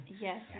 Yes